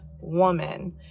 woman